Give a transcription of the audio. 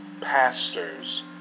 pastors